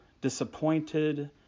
disappointed